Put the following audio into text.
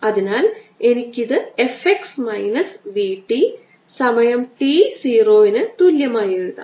അതിനാൽ എനിക്ക് ഇത് f x minus v t സമയം t 0 ന് തുല്യമായി എഴുതാം